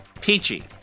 Peachy